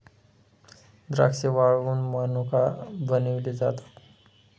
द्राक्षे वाळवुन मनुका बनविले जातात